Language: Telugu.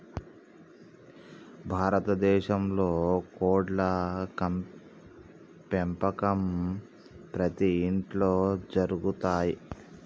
భారత దేశంలో కోడ్ల పెంపకం ప్రతి ఇంట్లో జరుగుతయ్